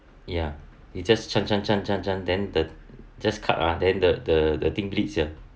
ya he just chant chant chant chant then the just cut ah then the the thing bleeds ah